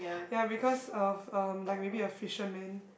ya because of um like maybe a fisherman